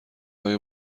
های